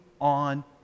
on